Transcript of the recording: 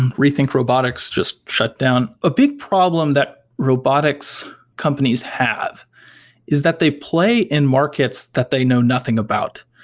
rethink robotics just shut down. a big problem that robotics companies have is that they play in markets that they know nothing about.